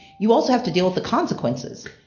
you also have to deal with the consequences.